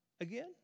again